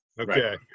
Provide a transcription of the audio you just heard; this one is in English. Okay